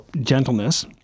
gentleness